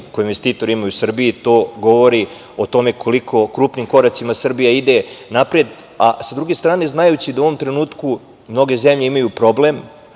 koje investitori imaju u Srbiji, i to govori o tome koliko krupnim koracima Srbija ide napred, a sa druge strane, znajući da u ovom trenutku mnoge zemlje imaju problem,